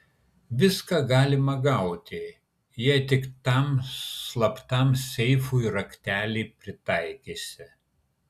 viską galima gauti jeigu tik tam slaptam seifui raktelį pritaikysi